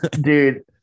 Dude